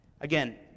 Again